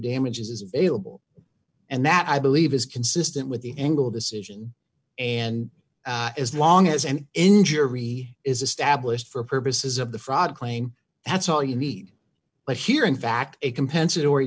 available and that i believe is consistent with the engle decision and as long as an injury is established for purposes of the fraud claim that's all you need but here in fact a compensatory